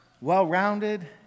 Well-rounded